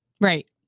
Right